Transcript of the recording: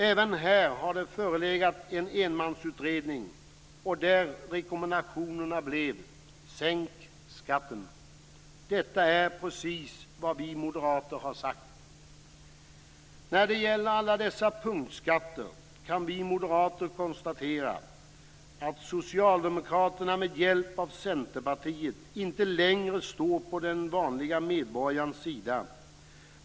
Även här har det förelegat en enmansutredning. Där blev rekommendationen: Sänk skatten. Detta är precis vad vi moderater har sagt. När det gäller alla dessa punktskatter kan vi moderater konstatera att socialdemokraterna med hjälp av Centerpartiet inte längre står på den vanliga medborgarens sida.